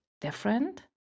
different